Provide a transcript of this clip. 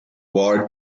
war